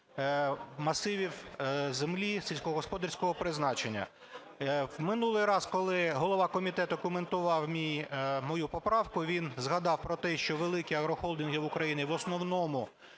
масивів землі сільськогосподарського призначення. В минулий раз, коли голова комітету коментував мою поправку, він згадав про те, що великі агрохолдинги в Україні в основному